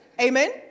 Amen